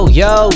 yo